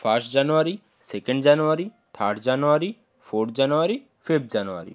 first January second January third January fourth January fifth January